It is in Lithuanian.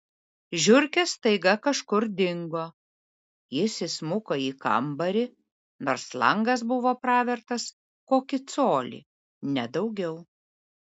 žiurkės staiga kažkur dingo jis įsmuko į kambarį nors langas buvo pravertas kokį colį ne daugiau